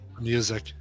Music